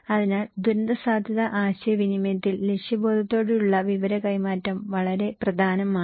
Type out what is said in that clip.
അതിനാൽ ദുരന്തസാധ്യതാ ആശയവിനിമയത്തിൽ ലക്ഷ്യബോധത്തോടെയുള്ള വിവര കൈമാറ്റം വളരെ പ്രധാനമാണ്